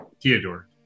Theodore